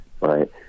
right